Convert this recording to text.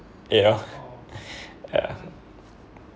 you know ya